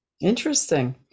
Interesting